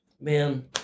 Man